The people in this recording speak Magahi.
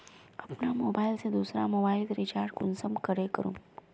अपना मोबाईल से दुसरा मोबाईल रिचार्ज कुंसम करे करूम?